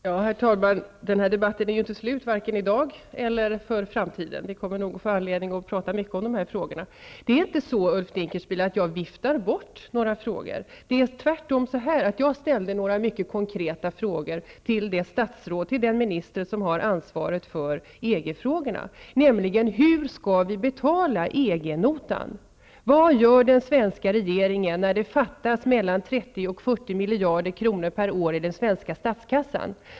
Herr talman! Den här debatten är ju inte slut, vare sig för i dag eller för framtiden. Vi kommer nog att få anledning att prata mycket om de här frågorna. Det är inte så, Ulf Dinkelspiel, att jag viftar bort några frågor. Tvärtom ställde jag mycket konkreta frågor till den minister som har ansvaret för EG frågorna: Hur skall vi betala EG-notan? Vad gör den svenska regeringen när det fattas mellan 30 och 40 miljarder kronor per år i den svenska statskassan?